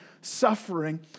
suffering